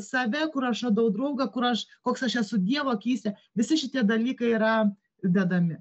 save kur aš radau draugą kur aš koks aš esu dievo akyse visi šitie dalykai yra vedami